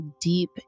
deep